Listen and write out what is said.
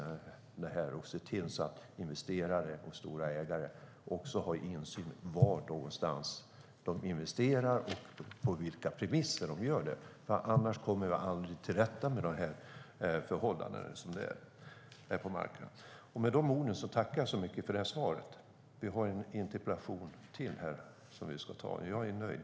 Jag hoppas att de ser till att investerare och stora ägare har insyn i var någonstans de investerar och på vilka premisser de gör det. Annars kommer vi aldrig till rätta med de förhållanden som råder på marknaden. Med dessa ord tackar jag så mycket för svaret. Vi har ju en interpellation till som vi ska ta, så jag är nöjd.